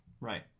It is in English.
Right